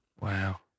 Wow